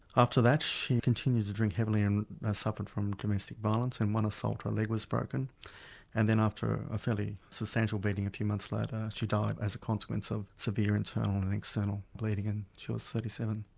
after that she continued to drink heavily and suffered from domestic violence and in one assault her leg was broken and then after a fairly substantial beating a few months later she died as a consequence of severe internal and and external bleeding and she was thirty seven.